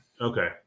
okay